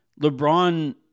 LeBron